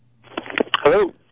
Hello